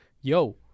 yo